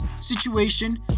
situation